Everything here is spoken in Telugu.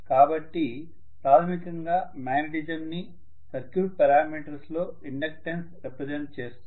కాబట్టి ప్రాథమికంగా మాగ్నెటిజంని సర్క్యూట్ పారామీటర్స్ లో ఇండక్టన్స్ రెప్రసెంట్ చేస్తుంది